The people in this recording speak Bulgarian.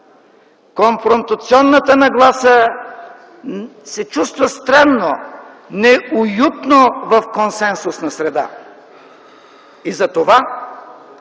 Конфронтационната нагласа се чувства странно, неуютно в консенсусна среда и затова